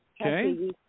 Okay